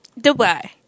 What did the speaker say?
Dubai